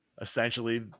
essentially